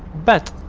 but,